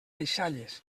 deixalles